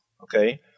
Okay